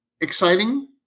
exciting